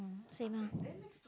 same